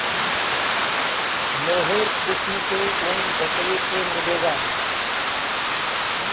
मोहेर किस्म के ऊन बकरी से मिलेला